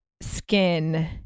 skin